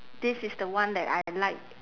this is the one that I like